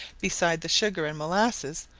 beside the sugar and molasses,